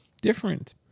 different